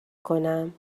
کنم